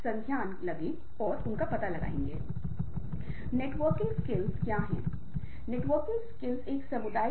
Leus व्यक्ति के सात बात करे की आपने कैसा महसूस किया